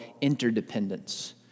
interdependence